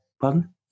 pardon